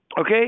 okay